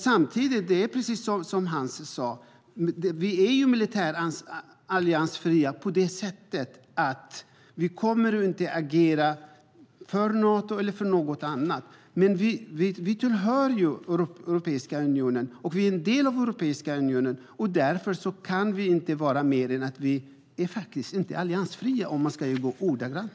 Som Hans Linde sade är vi militärt alliansfria på det sättet att vi inte kommer att agera för Nato eller för något annat. Samtidigt tillhör vi, är en del av, Europeiska unionen, och därmed är vi faktiskt inte alliansfria, om vi ska ta det ordagrant.